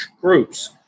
groups